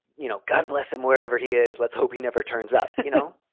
you know, god bless him wherever he is. let's hope he never turns up, you know?